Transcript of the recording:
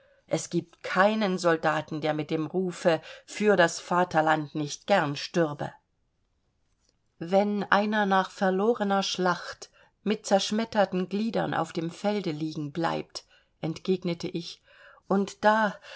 es gibt keinen soldaten der mit dem rufe für das vaterland nicht gern stürbe wenn einer nach verlorener schlacht mit zerschmetterten gliedern auf dem felde liegen bleibt entgegnete ich und da